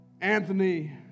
Anthony